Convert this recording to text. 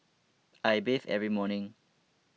I bathe every morning